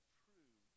true